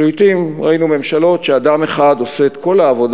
לעתים ראינו ממשלות שבהן אדם אחד עושה את כל העבודה